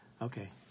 Okay